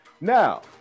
now